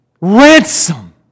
ransom